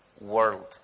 world